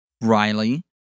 Riley